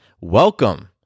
welcome